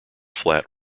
flat